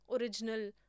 original